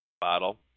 Bottle